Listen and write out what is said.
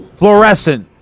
fluorescent